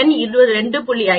எண் 2